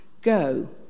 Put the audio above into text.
Go